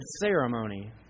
ceremony